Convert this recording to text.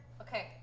Okay